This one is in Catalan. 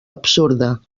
absurda